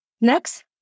Next